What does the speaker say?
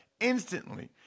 instantly